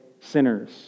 sinners